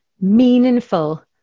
meaningful